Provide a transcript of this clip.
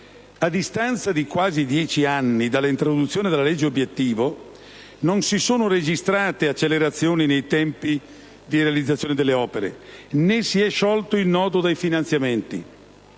A distanza di quasi dieci anni dall'introduzione della legge obiettivo non si sono registrate accelerazioni nei tempi di realizzazione delle opere, né si è sciolto il nodo dei finanziamenti.